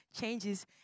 changes